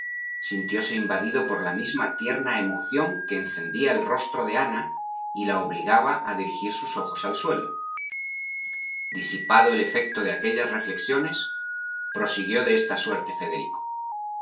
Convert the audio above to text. sintióse invadido por la misma tierna emoción que encendía el rostro de ana y la obligaba a dirigir sus ojos al suelo disipado el efecto de aquellas reflexiones prosiguió de esta suerte federico